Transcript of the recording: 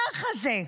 ככה זה.